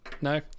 No